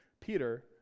Peter